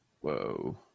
whoa